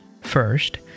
First